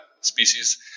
species